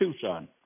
Tucson